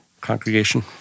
congregation